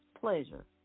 pleasure